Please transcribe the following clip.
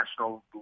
National